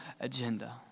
agenda